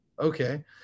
Okay